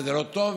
וזה לא טוב,